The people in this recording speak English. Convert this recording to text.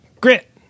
Grit